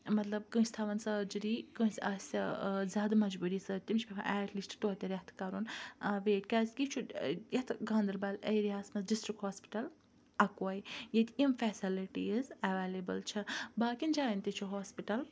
مَطلَب کٲنٛسہِ تھاوان سرجِری کٲنٛسہِ آسہِ زیادِ مَجبوٗری تمِس چھُ پیٚوان ایٹ لیٖسٹ تویتہِ ریٚتھ کَرُن ویٹ کیازکہِ یہِ چھُ یَتھ گاندَربَل ایریاہَس مَنٛز ڈِسٹرک ہوسپِٹَل اَکوے ییٚتہِ یِم فیسِلِٹِیز اَویلیبل چھِ باقیَن جایَن تہِ چھِ ہوسپِٹَل